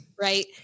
right